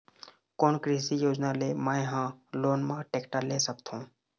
कोन कृषि योजना ले मैं हा लोन मा टेक्टर ले सकथों?